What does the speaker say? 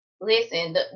Listen